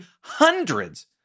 hundreds